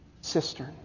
cistern